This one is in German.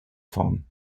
form